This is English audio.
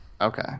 Okay